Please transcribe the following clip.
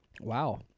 Wow